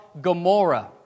Gomorrah